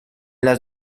las